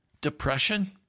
depression